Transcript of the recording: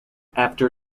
after